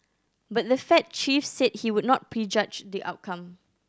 but the Fed chief said he would not prejudge the outcome